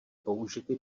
použity